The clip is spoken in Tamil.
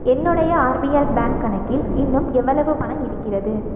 என்னோடைய ஆர்பிஎல் பேங்க் கணக்கில் இன்னும் எவ்வளவு பணம் இருக்கிறது